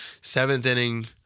seventh-inning